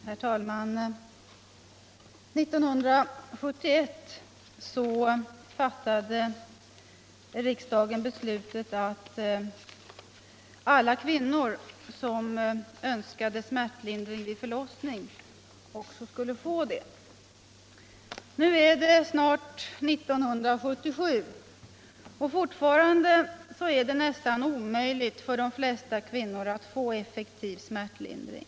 Herr talman! År 1971 fattade riksdagen beslutet att alla kvinnor som önskade smärtlindring vid förlossning också skulle få sådan. Nu är det snart 1977, och fortfarande är det nästan omöjligt för de flesta kvinnor att få effektiv smärtlindring.